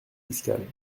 fiscales